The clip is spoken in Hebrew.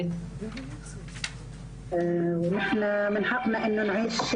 שיטלטל את חייהן עוד יותר אלא צריך להיות מנגנונים שיסייעו